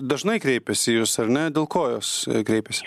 dažnai kreipiasi į jus ar ne dėl ko jos kreipiasi